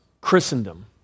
Christendom